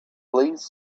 please